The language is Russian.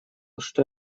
что